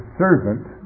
servant